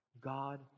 God